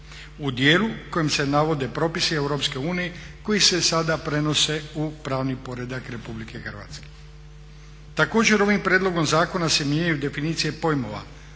u dijelu u kojem se navodi propisi EU koji se sada prenose u pravni poredak RH. Također ovim prijedlogom zakona se mijenjaju definicije pojmova